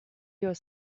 your